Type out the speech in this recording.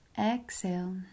Exhale